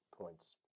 points